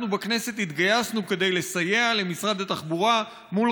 אנחנו בכנסת התגייסנו כדי לסייע למשרד התחבורה מול